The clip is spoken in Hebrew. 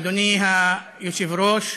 אדוני היושב-ראש,